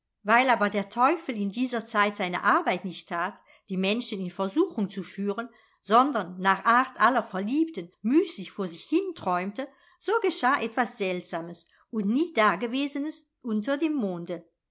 weil aber der teufel in dieser zeit seine arbeit nicht tat die menschen in versuchung zu führen sondern nach art aller verliebten müßig vor sich hin träumte so geschah etwas seltsames und nie dagewesenes unter dem monde